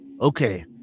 Okay